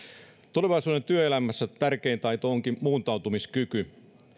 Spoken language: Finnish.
tulevaisuuden työelämässä tärkein taito onkin muuntautumiskyky